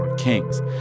kings